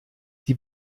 die